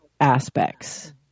aspects